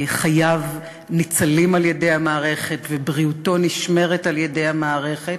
חייו ניצלים על-ידי המערכת ובריאותו נשמרת על-ידי המערכת.